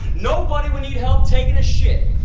nobody would need help taking a shit.